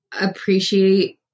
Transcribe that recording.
appreciate